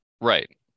Right